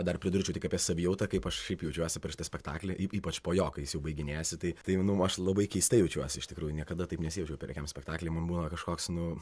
dar pridurčiau tik apie savijautą kaip aš kaip jaučiuosi prieš šitą spektaklį ypač po jo kai jis jau baiginėjasi tai tai nu aš labai keistai jaučiuosi iš tikrųjų niekada taip nesijaučiau per jokiam spektaklį mum būna kažkoks nu